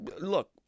look